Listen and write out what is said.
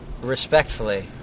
respectfully